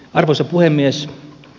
arvoisa puhemies